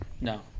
No